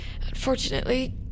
Unfortunately